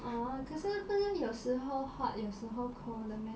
orh 可是不是有时候 hot 有时候 cold 的 meh